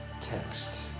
text